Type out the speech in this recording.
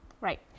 Right